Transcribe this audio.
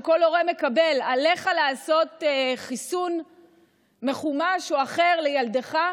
כל הורה מקבל הודעה: עליך לעשות חיסון מחומש או אחר לילדך,